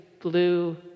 blue